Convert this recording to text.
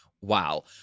Wow